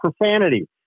profanity